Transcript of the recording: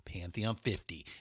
Pantheon50